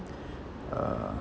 uh